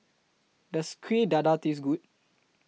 Does Kuih Dadar Taste Good